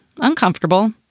uncomfortable